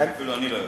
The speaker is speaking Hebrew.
אפילו אני לא יודע.